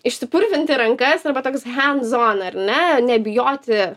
išsipurvinti rankas arba toks hendz on ar ne nebijoti